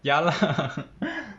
ya lah